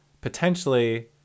potentially